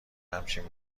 همچین